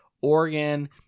Oregon